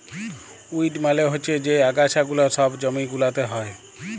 weed মালে হচ্যে যে আগাছা গুলা সব জমি গুলাতে হ্যয়